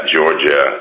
Georgia